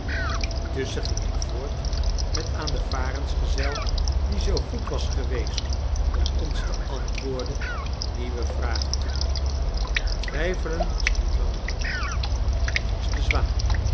intusschen ging ik voort met aan den varensgezel die zoo goed was geweest om ons te antwoorden nieuwe vragen te doen twijfelen was niet langer mogelijk het was de zwaan